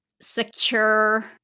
secure